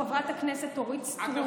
חברת הכנסת אורית סטרוק,